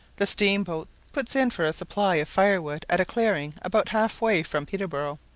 the steam-boat put in for a supply of fire-wood at a clearing about half-way from peterborough,